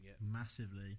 massively